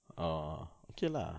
oh okay lah